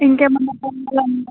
ఇంకేమ